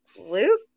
Luke